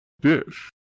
Dish